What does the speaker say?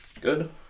good